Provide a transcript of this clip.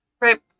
right